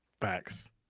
Facts